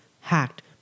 hacked